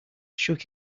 shook